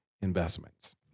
investments